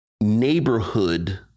neighborhood